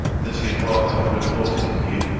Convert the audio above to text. that he had rather have no daughter in you,